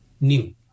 new